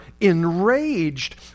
enraged